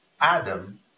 Adam